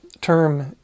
term